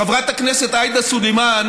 חברת הכנסת עאידה סלימאן